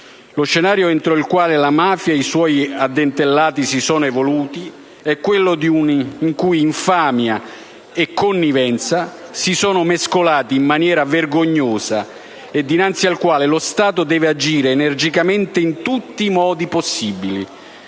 Lo scenario entro il quale la mafia e i suoi addentellati si sono evoluti è quello in cui infamia e connivenza si sono mescolati in maniera vergognosa: dinanzi ad esso lo Stato deve agire energicamente in tutti i modi possibili,